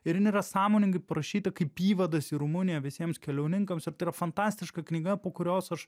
ir jinai yr sąmoningai parašyta kaip įvadas į rumuniją visiems keliauninkams ir tai yra fantastiška knyga po kurios aš